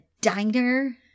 diner